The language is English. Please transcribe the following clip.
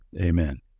Amen